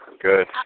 good